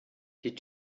die